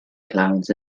clouds